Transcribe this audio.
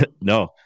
no